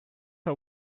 are